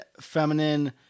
feminine